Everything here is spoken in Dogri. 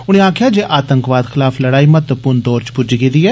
उने आखेआ जे आतंकवाद खलाफ लड़ाई महत्वपूर्ण दौर च पुज्जी गेदी ऐ